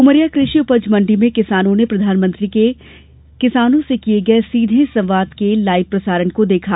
उमरिया कृषि उपज मंडी में किसानों ने प्रधानमंत्री के किसानों से किये गये सीधे संवाद के लाइव प्रसारण को देखा